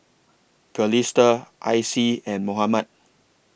Calista Icie and Mohammad